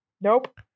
Nope